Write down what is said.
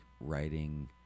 writing